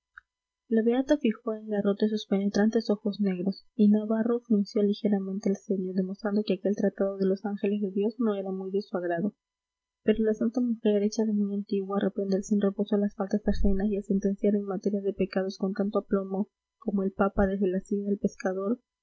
la beata fijó en garrote sus penetrantes ojos negros y navarro frunció ligeramente el ceño demostrando que aquel tratado de los ángeles de dios no era muy de su agrado pero la santa mujer hecha de muy antiguo a reprender sin rebozo las faltas ajenas y a sentenciar en materia de pecados con tanto aplomo como el papa desde la silla del pescador